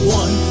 one